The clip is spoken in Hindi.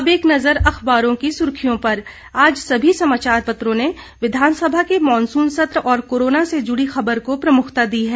अब एक नज़र अखबारों की सुर्खियों पर आज सभी समाचार पत्रों ने विधानसभा के मॉनसून सत्र और कोरोना से जुड़ी खबर को प्रमुखता दी है